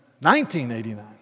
1989